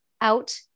out